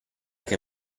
che